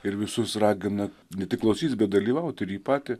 ir visus ragina ne tik klausytis bet dalyvavauti ir jį patį